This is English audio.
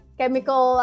chemical